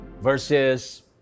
verses